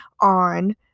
on